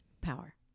power